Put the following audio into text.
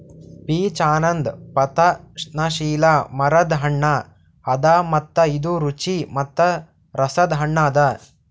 peach ಅನದ್ ಪತನಶೀಲ ಮರದ್ ಹಣ್ಣ ಅದಾ ಮತ್ತ ಇದು ರುಚಿ ಮತ್ತ ರಸದ್ ಹಣ್ಣ ಅದಾ